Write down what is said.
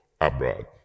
abroad